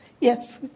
Yes